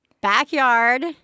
backyard